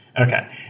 Okay